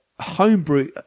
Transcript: homebrew